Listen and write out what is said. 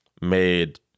made